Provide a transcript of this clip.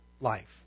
life